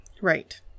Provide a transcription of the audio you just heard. Right